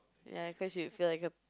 ya because you feel like a